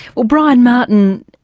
well brian martin,